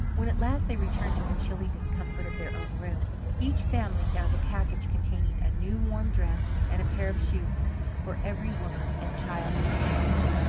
when at last they returned to the chilly discomfort of their own rooms, each family found a package containing a new warm dress and pair of shoes for every woman and child in the family.